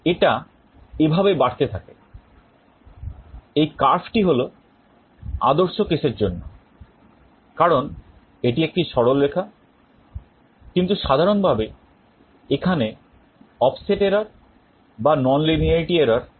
এটা এভাবে বাড়তে থাকে এই curveটি হল আদর্শ case এর জন্য কারণ এটি একটি সরলরেখা কিন্তু সাধারণভাবে এখানে offset error বা nonlinearity error থাকে